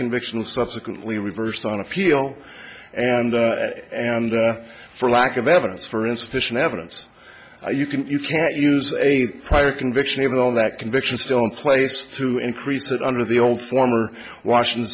conviction and subsequently reversed on appeal and and for lack of evidence for insufficient evidence you can you can't use a prior conviction even on that conviction still in place to increase that under the old former washington